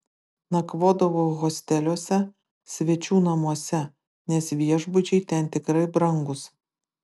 nakvodavau hosteliuose svečių namuose nes viešbučiai ten tikrai brangūs